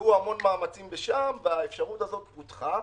והושקעו הרבה מאמצים לשם, והאפשרות הזו פותחה,